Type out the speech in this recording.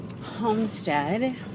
homestead